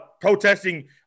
protesting